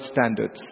standards